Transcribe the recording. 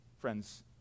friends